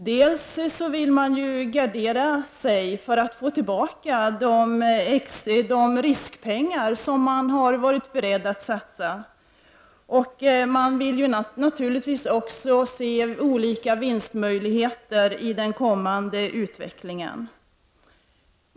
Bl.a. vill man gardera sig för att få tillbaka de riskpengar som man har varit beredd att satsa. Man vill naturligtvis se olika vinstmöjligheter i den kommande utvecklingen.